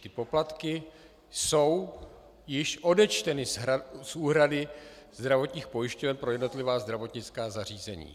Ty poplatky jsou již odečteny z úhrady zdravotních pojišťoven pro jednotlivá zdravotnická zařízení.